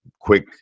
quick